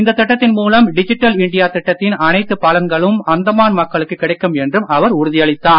இந்த திட்டத்தின் மூலம் டிஜிட்டல் இண்டியா திட்டத்தின் அனைத்து பலன்களும் அந்தமான் மக்களுக்கு கிடைக்கும் என்றும் அவர் உறுதியளித்தார்